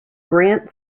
grant